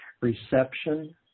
reception